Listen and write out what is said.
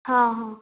हाँ हाँ